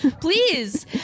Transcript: Please